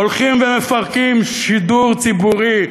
הולכים ומפרקים שידור ציבורי,